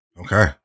Okay